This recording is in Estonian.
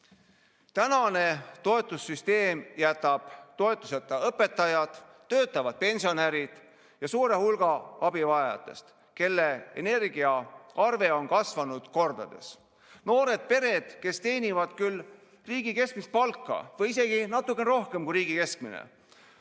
Tänane toetussüsteem jätab toetuseta õpetajad, töötavad pensionärid ja suure hulga [muudest] abivajajatest, kelle energiaarve on kasvanud kordades. Noored pered, kes teenivad küll riigi keskmist palka või isegi natuke rohkem kui riigi keskmine,